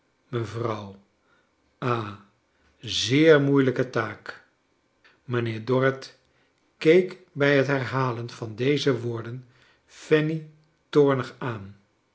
mevrouw ha zeer moeilijke taak mijnheer dorrit keek bij het herhalen van deze woorden fanny toormg aan